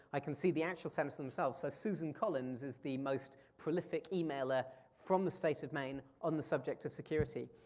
i can see the actual senators themselves, so susan collins is the most prolific emailer from the state of maine on the subject of security.